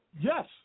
Yes